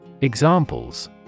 Examples